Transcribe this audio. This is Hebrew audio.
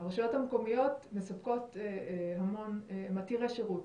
הרשויות המקומיות הן עתירות שירות,